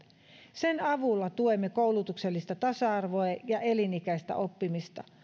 sen avulla tuemme koulutuksellista tasa arvoa ja elinikäistä oppimista